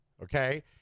Okay